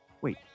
Wait